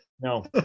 no